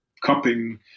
cupping